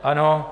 Ano.